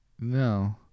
No